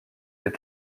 les